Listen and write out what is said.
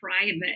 private